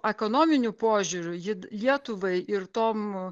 ekonominiu požiūriu ji lietuvai ir tom